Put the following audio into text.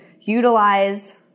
utilize